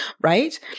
Right